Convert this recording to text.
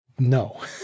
No